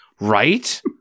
Right